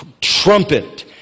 trumpet